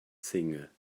singer